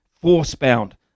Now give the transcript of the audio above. force-bound